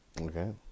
Okay